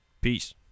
Peace